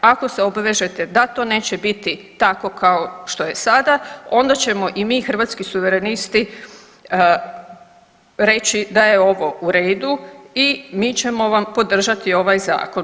Ako se obvežete da to neće biti tako kao što je sada onda ćemo i mi Hrvatski suverenisti reći da je ovo u redu i mi ćemo vam podržati ovaj zakon.